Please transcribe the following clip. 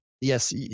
Yes